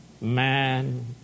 man